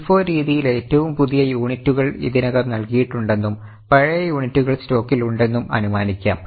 LIFO രീതിയിൽ ഏറ്റവും പുതിയ യൂണിറ്റുകൾ ഇതിനകം നൽകിയിട്ടുണ്ടെന്നും പഴയ യൂണിറ്റുകൾ സ്റ്റോക്കിൽ ഉണ്ടെന്നും അനുമാനിക്കാം